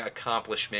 accomplishment